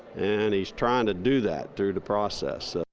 and he's trying to do that through the process. ah